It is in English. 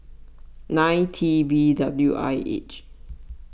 nine T B W I H